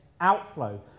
outflow